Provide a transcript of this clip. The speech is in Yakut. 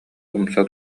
умса